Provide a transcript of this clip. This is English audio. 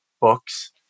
books